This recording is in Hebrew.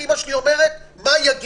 איך אימא שלי אומרת: מה יגידו?